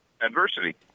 adversity